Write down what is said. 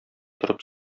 торып